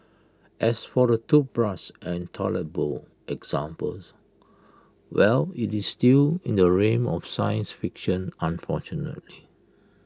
as for the toothbrush and toilet bowl examples well IT is still in the realm of science fiction unfortunately